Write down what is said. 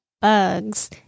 bugs